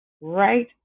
right